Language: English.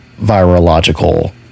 virological